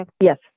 Yes